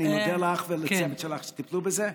אני מודה לך ולצוות שלך שטיפלו בזה.